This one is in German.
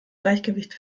gleichgewicht